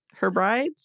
Herbrides